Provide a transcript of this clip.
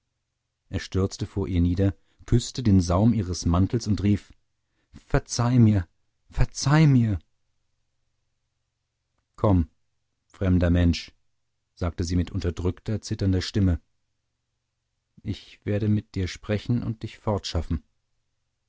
er stürzte vor ihr nieder küßte den saum ihres mantels und rief verzeih mir verzeih mir gottfried keller komm fremder mensch sagte sie mit unterdrückter zitternder stimme ich werde mit dir sprechen und dich